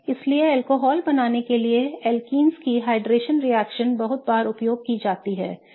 इसलिए अल्कोहल बनाने के लिए एल्कीन्स की हाइड्रेशन रिएक्शन बहुत बार उपयोग की जाती है